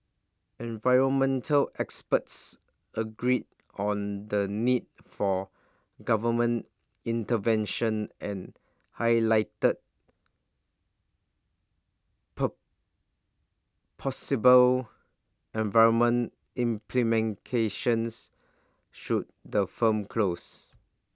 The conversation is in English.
environmental experts agreed on the need for government intervention and highlighted possible environmental implications should the firms close